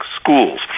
schools